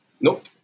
nope